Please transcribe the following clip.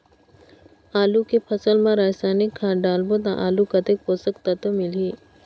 आलू के फसल मा रसायनिक खाद डालबो ता आलू कतेक पोषक तत्व मिलही?